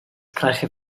krijgen